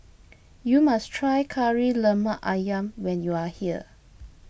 you must try Kari Lemak Ayam when you are here